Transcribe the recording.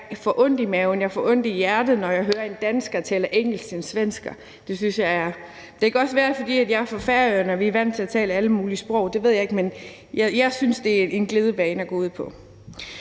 Jeg får ondt i maven, jeg får ondt i hjertet, når jeg hører en dansker tale engelsk til en svensker. Det kan også være, det er, fordi jeg er fra Færøerne og vi er vant til at tale alle mulige sprog, det ved jeg ikke. Men jeg synes, det er en glidebane at bevæge